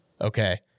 Okay